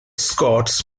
scots